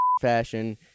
fashion